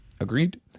Agreed